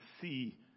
see